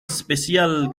especial